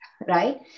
right